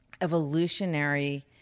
evolutionary